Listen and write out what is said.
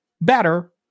better